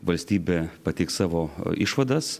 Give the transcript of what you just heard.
valstybė pateiks savo išvadas